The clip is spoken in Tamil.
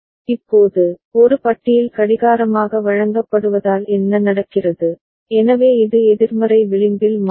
இப்போது ஒரு பட்டியில் கடிகாரமாக வழங்கப்படுவதால் என்ன நடக்கிறது எனவே இது எதிர்மறை விளிம்பில் மாறும்